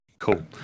Cool